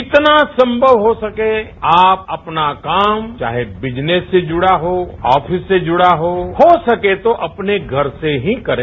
जितना संभव हो सके आप अपना काम चाहे बिजनेस से जुड़ा हो आफिस से जुड़ा हो अपने घर से ही करें